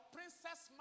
Princess